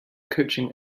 coaching